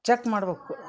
check ಮಾಡ್ಬೇಕು